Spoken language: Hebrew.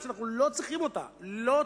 שאנחנו לא צריכים אותה עכשיו,